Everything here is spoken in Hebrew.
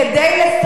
כדי,